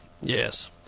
Yes